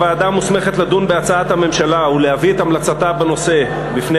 הוועדה המוסמכת לדון בהצעת הממשלה ולהביא את המלצתה בנושא בפני